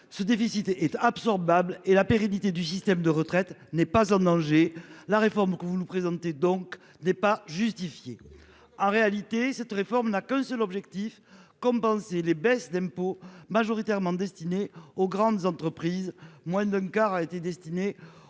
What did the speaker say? ce déficit est est absorbable et la pérennité du système de retraite n'est pas en danger. La réforme que vous nous présentez donc n'est pas justifiée. En réalité, cette réforme n'a qu'un seul objectif, compenser les baisses d'impôts majoritairement destinés aux grandes entreprises, moins d'un quart a été destiné